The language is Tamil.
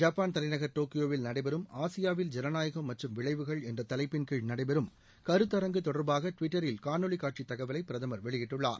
ஜப்பான் தலைநகர் டோக்கியோவில் நடைபெறும் ஆசியாவில் ஜனநாயகம் மற்றும் விளைவுகள் என்ற தலைப்பின்கீழ் நடைபெறும் கருத்தரங்கு தொடர்பாக டுவிட்டரில் காணொளிக் காட்சித் தகவலை பிரதமர் வெளியிட்டுள்ளார்